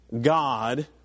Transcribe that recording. God